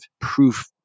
proof